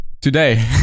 Today